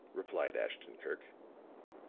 replied ashton-kirk.